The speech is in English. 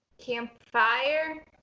Campfire